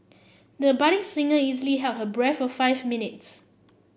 the budding singer easily held her breath for five minutes